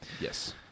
Yes